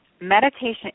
meditation